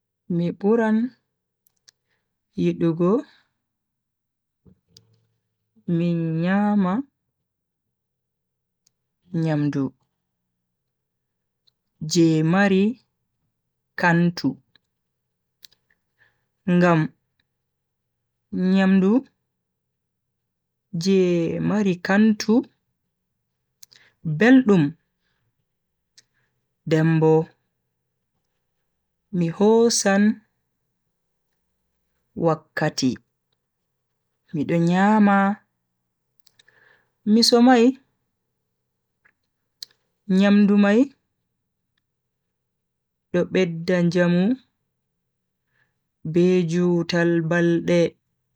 Mi buran yidugo mi nyama nyamdu je mari kantu. ngam nyamdu je mari kantu beldum den bo mi hosan wakkati mido nyama mi somai. nyamdu mai do bedda njamu be jutaal balde.